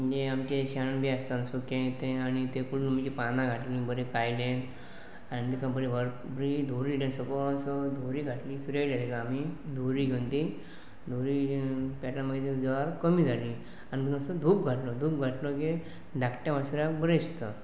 म्हणजे आमचें शेण बी आसता न्हू सुकें तें आनी तें करून म्हणजे पानां घातलीं बरें कायलें आनी तेका बरी बरी धुंवरी सोंपसर धुंवरी घातली फिरयले तेका आमी धुंवरी घातली ती धुंवरी पेटोन मागीर ती जवार कमी जाली आनी मातसो धूप घातलो धूप घातलो की धाकट्या वासराक बरें दिसता